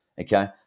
Okay